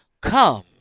come